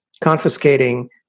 confiscating